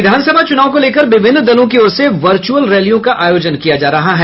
विधानसभा चुनाव को लेकर विभिन्न दलों की ओर से वर्चुअल रैलियों का आयोजन किया जा रहा है